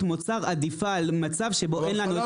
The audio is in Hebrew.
מוצר עדיפה על מצב שבו אין לנו את האופציה.